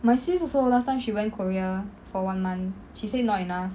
my sis also last time she went korea for one month she say not enough